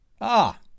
Ah